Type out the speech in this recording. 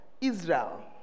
Israel